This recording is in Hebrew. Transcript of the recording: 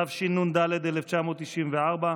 התשנ"ד 1994,